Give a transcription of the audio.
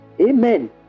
Amen